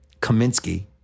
Kaminsky